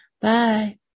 Bye